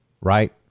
Right